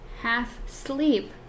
Half-sleep